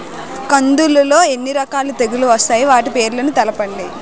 కందులు లో ఎన్ని రకాల తెగులు వస్తాయి? వాటి పేర్లను తెలపండి?